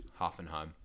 Hoffenheim